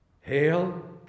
Hail